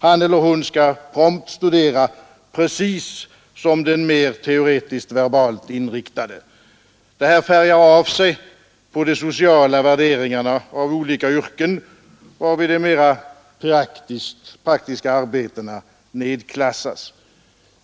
Han eller hon skall prompt studera precis som den mer teoretiskt verbalt inriktade. Det här färgar av sig på de sociala värderingarna av olika yrken, varvid de mera praktiska arbetena nedklassas.